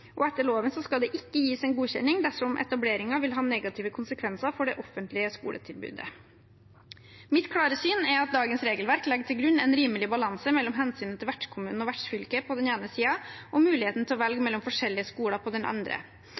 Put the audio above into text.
og etter loven skal det ikke gis godkjenning dersom etableringen vil ha negative konsekvenser for det offentlige skoletilbudet. Mitt klare syn er at dagens regelverk legger til grunn en rimelig balanse mellom hensynet til vertskommunen og vertsfylket på den ene siden og muligheten til å velge mellom forskjellige skoler på den andre.